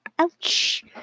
Ouch